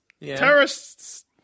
Terrorists